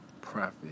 profit